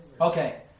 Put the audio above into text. Okay